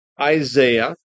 Isaiah